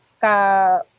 ka